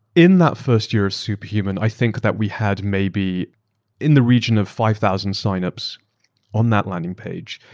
in that first year of superhuman. i think that we had maybe in the region of five thousand signups on that landing page,